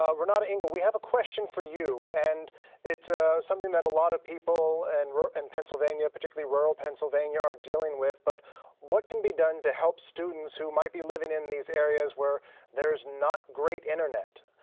ah renata engel, we have a question for you. and it's ah something that a lot of people and in and pennsylvania, particularly rural pennsylvania are dealing with, but what can be done to help students who might be living in these areas where there's not great internet?